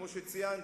כמו שציינתי,